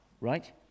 right